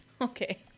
Okay